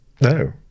No